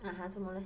(uh huh) 这么了